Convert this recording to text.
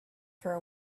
for